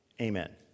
Amen